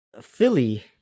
Philly